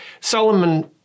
Solomon